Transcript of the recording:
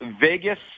Vegas